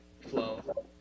flow